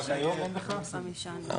הצבעה לא אושרה.